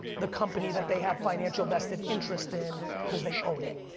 the company that they have financial vested interest in because they own it.